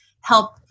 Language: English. help